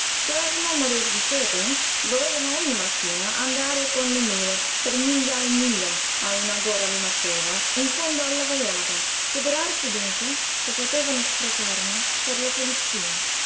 per non morir di sete dovevano ogni mattina andare con le mule per miglia e miglia a una gora limacciosa in fondo alla vallata figurarsi dunque se potevano sprecarne per la pulizia